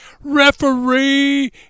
referee